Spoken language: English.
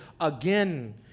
again